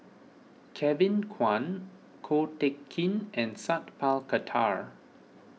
Kevin Kwan Ko Teck Kin and Sat Pal Khattar